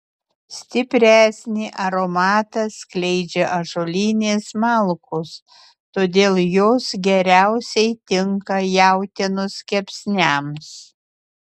stipresnį aromatą skleidžia ąžuolinės malkos todėl jos geriausiai tinka jautienos kepsniams